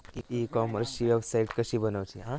E कॉमर्सची website कशी बनवची?